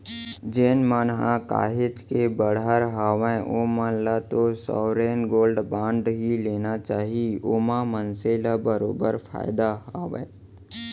जेन मन ह काहेच के बड़हर हावय ओमन ल तो साँवरेन गोल्ड बांड ही लेना चाही ओमा मनसे ल बरोबर फायदा हावय